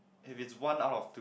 if it's one out of two